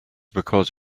because